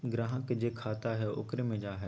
ग्राहक के जे खाता हइ ओकरे मे जा हइ